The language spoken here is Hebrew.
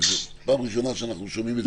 כי זאת פעם ראשונה שאנחנו שומעים את זה יותר מסודר.